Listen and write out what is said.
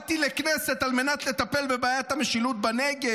באתי לכנסת על מנת לטפל בבעיית המשילות בנגב.